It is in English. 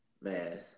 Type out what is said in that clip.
Man